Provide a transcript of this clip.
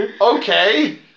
okay